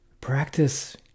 Practice